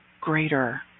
greater